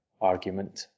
argument